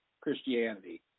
Christianity